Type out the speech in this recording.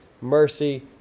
mercy